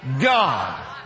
God